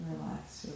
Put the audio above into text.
Relax